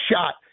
shot